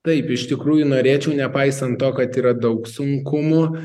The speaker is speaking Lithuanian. taip iš tikrųjų norėčiau nepaisant to kad yra daug sunkumų